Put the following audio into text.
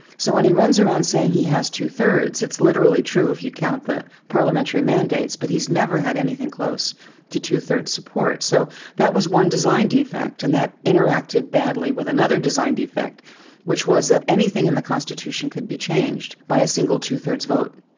so when he runs around saying he has two-thirds, it's literally true if you count the parliamentary mandates, but he's never had anything close to two-thirds support. so that was one design defect and that interacted badly with another design defect which was that anything in the constitution could be changed by a single two-thirds vote.